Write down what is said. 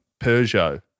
Peugeot